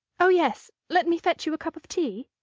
oh, yes let me fetch you a cup of tea?